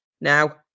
now